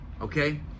okay